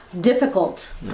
difficult